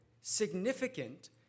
significant